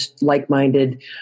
like-minded